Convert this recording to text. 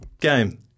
game